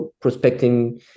prospecting